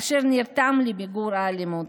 אשר נרתם למיגור האלימות.